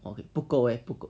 !wah! 很不够 leh 不够